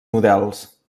models